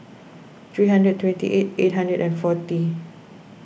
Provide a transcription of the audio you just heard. three hundred twenty eight eight hundred and forty